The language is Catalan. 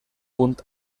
punt